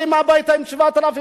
והאמת היא,